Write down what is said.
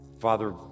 father